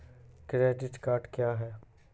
Credit card क्या हैं?